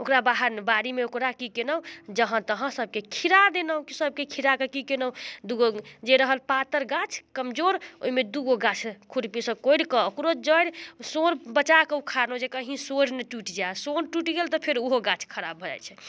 ओकरा बाहर बाड़ीमे ओकरा कि केलहुँ जहाँ तहाँ सबके खिरा देलहुँ कि सबके खिराके कि केलहुँ दुइगो जे रहल पातर गाछ कमजोर ओहिमे दुइगो गाछ खुरपीसँ कोड़िकऽ ओकरो जड़ि सूर बचाकऽ उखाड़लहुँ जे कि कहि सूर नहि टुटि जाए सूर जे टुटि जाएत तऽ फेर ओहो गाछ खराब भऽ जाइ छै